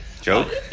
Joke